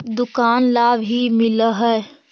दुकान ला भी मिलहै?